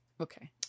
Okay